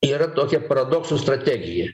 yra tokia paradoksų strategija